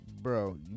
Bro